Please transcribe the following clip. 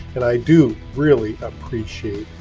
and i do really appreciate